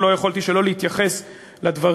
ולא יכולתי שלא להתייחס לדברים.